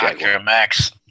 max